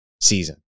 season